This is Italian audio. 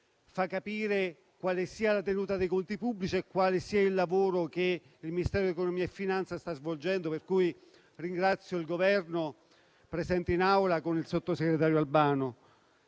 fa capire quali siano la tenuta dei conti pubblici e il lavoro che il Ministero dell'economia e finanze sta svolgendo, per cui ringrazio il Governo, presente in Aula nella persona del sottosegretario Albano.